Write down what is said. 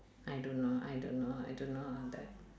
I don't know I don't know I don't know on that